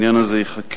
העניין הזה ייחקר.